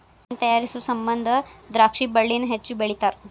wine ತಯಾರಿಸು ಸಮಂದ ದ್ರಾಕ್ಷಿ ಬಳ್ಳಿನ ಹೆಚ್ಚು ಬೆಳಿತಾರ